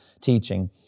teaching